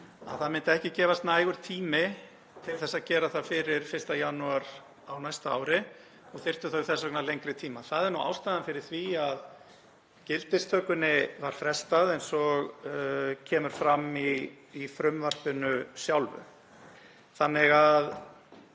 að það myndi ekki gefast nægur tími til að gera það fyrir 1. janúar á næsta ári og þyrftu þau þess vegna lengri tíma. Það er nú ástæðan fyrir því að gildistökunni var frestað eins og kemur fram í frumvarpinu sjálfu.